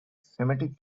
semitic